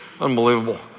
unbelievable